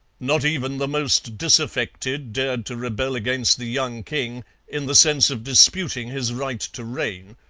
not even the most disaffected dared to rebel against the young king in the sense of disputing his right to reign.